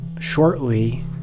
shortly